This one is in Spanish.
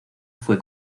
fue